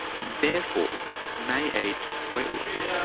and therefore may aid weight loss.